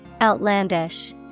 Outlandish